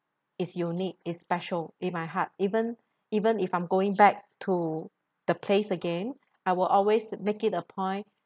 is unique is special in my heart even even if I'm going back to the place again I will always make it a point